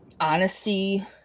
honesty